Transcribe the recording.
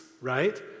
right